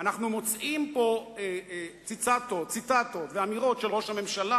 אנחנו מוצאים פה ציטטות ואמירות של ראש הממשלה